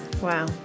Wow